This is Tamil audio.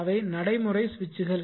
அவை நடைமுறை சுவிட்சுகள்